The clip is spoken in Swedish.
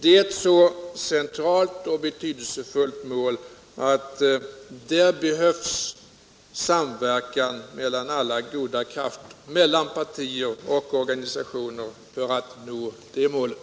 Det är ett centralt och betydelsefullt mål. Det behövs samverkan mellan alla goda krafter, mellan partier och organisationer för att nå det målet.